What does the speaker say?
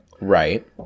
Right